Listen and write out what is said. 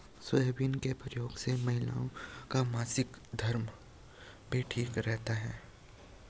soybean के प्रयोग से महिलाओं का मासिक धर्म भी ठीक रहता है